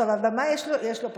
אבל מה, יש לו פטנט.